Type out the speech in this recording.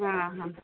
हा हा